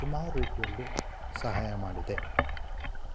ಸುಮಾರು ರೀತಿಯಲ್ಲಿ ಸಹಾಯ ಮಾಡಿದೆ